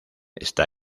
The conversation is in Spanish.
está